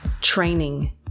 training